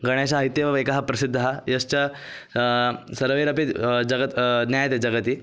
गणेशः इत्येव एकः प्रसिद्धः यश्च सर्वैरपि जगति ज्ञायते जगति